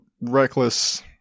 reckless